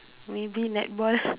maybe netball